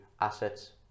assets